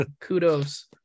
kudos